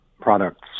products